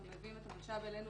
אנחנו מביאים את המלש"ב אלינו